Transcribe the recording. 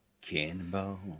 Cannonball